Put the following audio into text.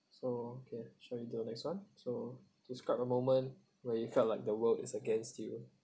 so okay should we do next [one] so describe a moment where you felt like the world is against you